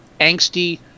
angsty